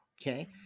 Okay